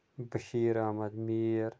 Bashir Ahmad Mir